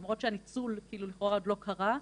למרות שהניצול לכאורה עוד לא קרה,